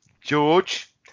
George